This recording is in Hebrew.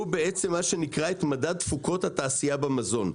שהראו בעצם מה שנקרא את מדד תפוקות התעשייה במזון.